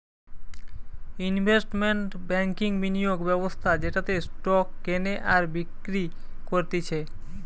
investment ব্যাংকিংবিনিয়োগ ব্যবস্থা যেটাতে স্টক কেনে আর বিক্রি করতিছে